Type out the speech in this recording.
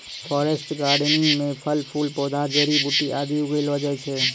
forest gardening म फल फूल पौधा जड़ी बूटी आदि उगैलो जाय छै